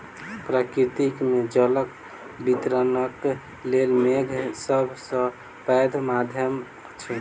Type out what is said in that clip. प्रकृति मे जलक वितरणक लेल मेघ सभ सॅ पैघ माध्यम अछि